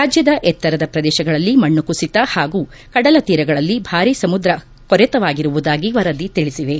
ರಾಜ್ಯದ ಎತ್ತರದ ಪ್ರದೇಶಗಳಲ್ಲಿ ಮಣ್ಣು ಕುಸಿತ ಹಾಗೂ ಕಡಲ ತೀರಗಳಲ್ಲಿ ಭಾರೀ ಸಮುದ್ರ ಕೊರೆತವಾಗಿರುವುದಾಗಿ ವರದಿ ತಿಳಿಸಿವೆ